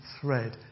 thread